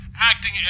Acting